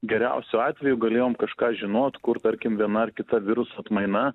geriausiu atveju galėjom kažką žinot kur tarkim viena ar kita viruso atmaina